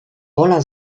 pola